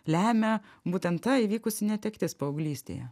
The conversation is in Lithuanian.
lemia būtent ta įvykusi netektis paauglystėje